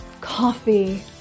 coffee